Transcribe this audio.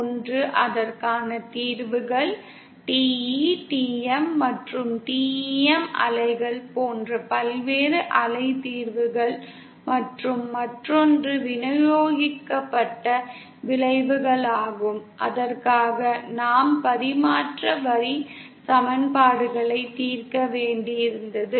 ஒன்று அதற்கான தீர்வுகள் TE TM மற்றும் TEM அலைகள் போன்ற பல்வேறு அலை தீர்வுகள் மற்றும் மற்றொன்று விநியோகிக்கப்பட்ட விளைவுகளாகும் அதற்காக நாம் பரிமாற்ற வரி சமன்பாடுகளை தீர்க்க வேண்டியிருந்தது